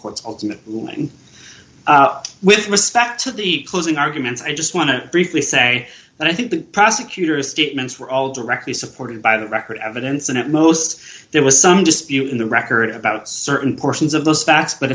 court's ultimate ruling with respect to the closing arguments i just want to briefly say that i think the prosecutors statements were all directly supported by the record evidence and at most there was some dispute in the record about certain portions of those facts but